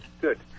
Good